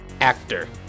actor